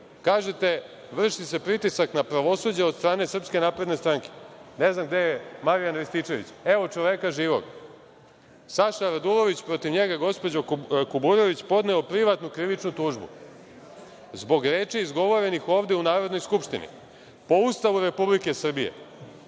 Kažete – vrši se pritisak na pravosuđe od strane SNS. Ne znam gde je Marijan Rističević. Evo čoveka živog. Saša Radulović je protiv njega, gospođo Kuburović, podneo privatnu krivičnu tužbu zbog reči izgovorenih ovde u Narodnoj skupštini. Po Ustavu Republike Srbije,